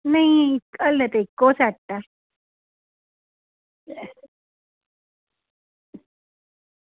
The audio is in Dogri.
नेईं ऐल्ली ते इक्को सेट ऐ